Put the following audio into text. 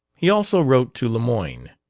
he also wrote to lemoyne.